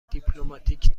دیپلماتیک